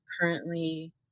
currently